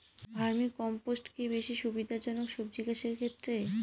Vermi compost কি বেশী সুবিধা জনক সবজি চাষের ক্ষেত্রে?